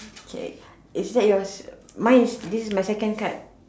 okay is that you mine is this is my second card